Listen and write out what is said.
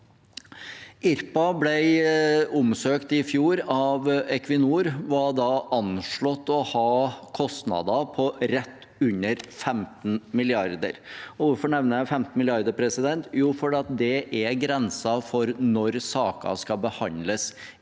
Irpa ble omsøkt i fjor av Equinor og var da anslått å ha kostnader på rett under 15 mrd. kr. Hvorfor nevner jeg 15 mrd. kr? Jo, fordi det er grensen for når saker skal behandles